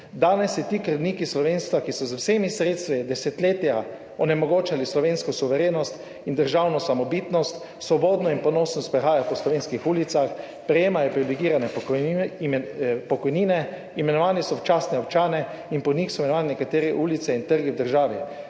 Danes se ti krvniki slovenstva, ki so z vsemi sredstvi desetletja onemogočali slovensko suverenost in državno samobitnost, svobodno in ponosno sprehajajo po slovenskih ulicah, prejemajo privilegirane pokojnine, imenovani so ob častne občane in po njih so imenovane nekatere ulice in trgi v državi,